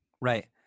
Right